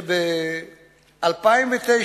שב-2009,